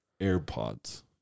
AirPods